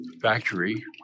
factory